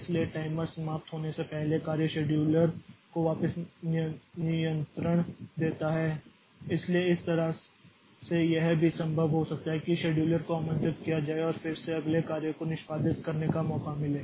इसलिए टाइमर समाप्त होने से पहले कार्य शेड्यूलर को वापस नियंत्रण देता है इसलिए इस तरह से यह भी संभव हो सकता है कि शेड्यूलर को आमंत्रित किया जाए और फिर से अगले कार्य को निष्पादित करने का मौका मिले